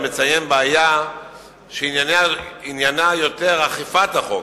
מציין בעיה שעניינה יותר אכיפת החוק,